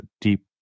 deep